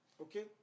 okay